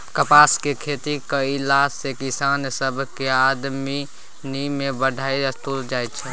कपासक खेती कएला से किसान सबक आमदनी में बढ़ोत्तरी होएत छै